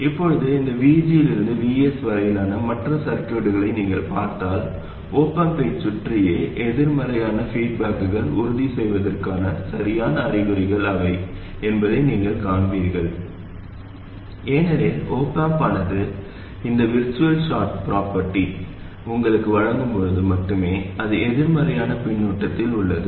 இப்போது இந்த VG இலிருந்து Vs வரையிலான மற்ற சர்கியூட்களை நீங்கள் பார்த்தால் op amp ஐச் சுற்றியே எதிர்மறையான பீட்பாக்களை உறுதிசெய்வதற்கான சரியான அறிகுறிகள் இவை என்பதை நீங்கள் காண்பீர்கள் ஏனெனில் op amp ஆனது இந்த விற்றுச்சுவல் ஷார்ட் ப்ரொபேர்ட்டி உங்களுக்கு வழங்கும் போது மட்டுமே அது எதிர்மறையான பின்னூட்டத்தில் உள்ளது